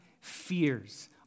fears